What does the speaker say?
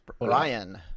Brian